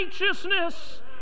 righteousness